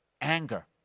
anger